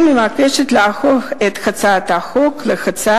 אני מבקשת להפוך את הצעת החוק להצעה